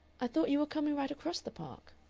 i thought you were coming right across the park.